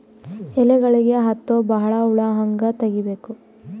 ಎಲೆಗಳಿಗೆ ಹತ್ತೋ ಬಹಳ ಹುಳ ಹಂಗ ತೆಗೀಬೆಕು?